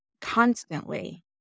constantly